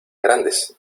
grandes